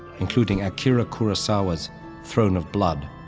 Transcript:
including akira kurosawa's throne of blood,